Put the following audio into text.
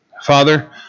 Father